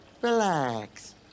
Relax